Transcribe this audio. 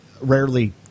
rarely